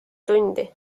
tundi